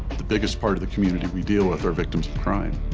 the biggest part of the community we deal with are victims of crime.